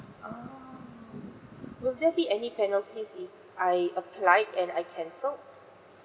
oh will there be any penalties if I apply and I canceled